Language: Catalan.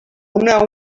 una